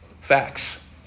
Facts